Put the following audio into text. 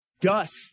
Dust